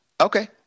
Okay